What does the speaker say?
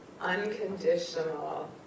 unconditional